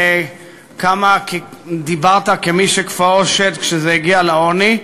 וכמה דיברת כמי שכפאו שד כשזה הגיע לעוני.